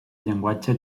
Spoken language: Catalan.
llenguatge